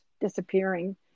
disappearing